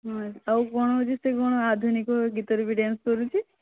ହଁ ଆଉ କ'ଣ ହେଉଛି ସେ କ'ଣ ଆଧୁନିକ ଗୀତରେ ବି ଡ୍ୟାନ୍ସ କରୁଛି